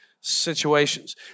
situations